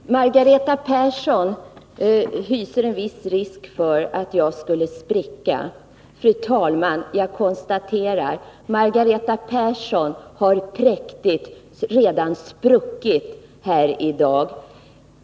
Fru talman! Margareta Persson hyste en viss oro för att jag skulle spricka. Jag konstaterar emellertid att Margareta Persson redan har spruckit präktigt här i dag.